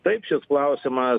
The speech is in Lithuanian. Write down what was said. taip šis klausimas